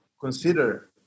consider